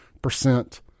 percent